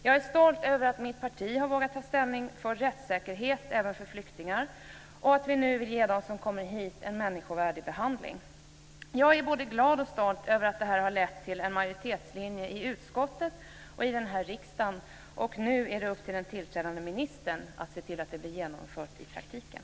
Jag är stolt över att mitt parti har vågat ta ställning för rättssäkerhet även för flyktingar och över att vi nu ger dem som kommer hit en människovärdig behandling. Jag är både glad och stolt över att det här har lett till en majoritetslinje i utskottet och i den här riksdagen. Nu är det upp till den tillträdande ministern att se till att det blir genomfört i praktiken.